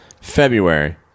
February